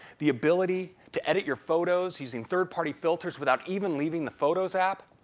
the ability to edit your photos using third party filters without even leaving the photos app.